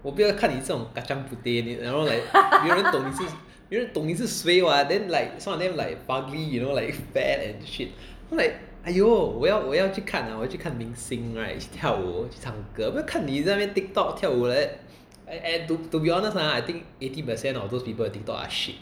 我不要看你这种 kacang puteh and you know like 没人懂你是没人懂你是谁 what then like some of them like fugly you know like fat and shit then like !aiyo! 我要我要去看明星 right 去跳舞去唱歌我不要看你在那边 Tiktok 跳舞 like that I I to be honest right I think eighty percent of those people who do Tiktok are shit